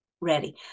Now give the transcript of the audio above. ready